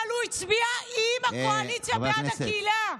אבל הוא הצביע עם הקואליציה בעד הקהילה.